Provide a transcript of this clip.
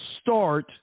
start